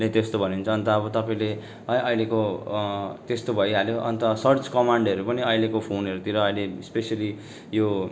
नै त्यस्तो भनिन्छ अन्त अब तपाईँले है अहिलेको त्यस्तो भइहाल्यो अन्त सर्च कमान्डहरू पनि अहिलेको फोनहरूतिर अहिले स्पेसियली यो